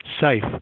safe